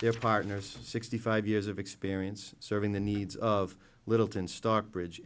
their partners sixty five years of experience serving the needs of littleton stockbridge